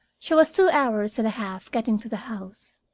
she was two hours and a half getting to the house,